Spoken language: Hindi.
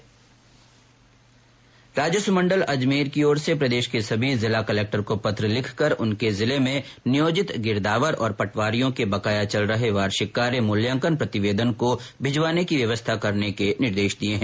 राजस्व मंडल अजमेर की ओर से प्रदेश के सभी जिला कलेक्टर को पत्र लिखकर उनके जिले में नियोजित गिरदावर और पटवारियों के बकाया चल रहे वार्षिक कार्य मूल्यांकन प्रतिवेदन को भिजवाने की व्यवस्था करने के निर्देश दिए हैं